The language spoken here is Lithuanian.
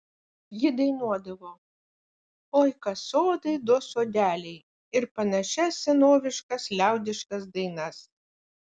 ji dainuodavo oi kas sodai do sodeliai ir panašias senoviškas liaudiškas dainas